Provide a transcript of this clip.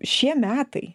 šie metai